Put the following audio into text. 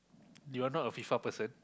you are not a FIFA person